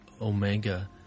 omega